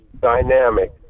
dynamic